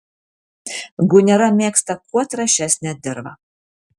gunera mėgsta kuo trąšesnę dirvą